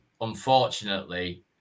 unfortunately